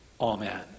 Amen